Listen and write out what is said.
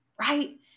right